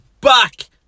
back